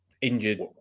injured